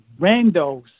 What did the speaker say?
randos